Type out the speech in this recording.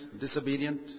disobedient